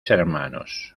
hermanos